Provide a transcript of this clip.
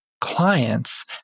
clients